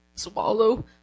swallow